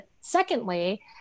Secondly